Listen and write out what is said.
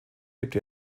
lebte